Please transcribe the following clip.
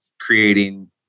creating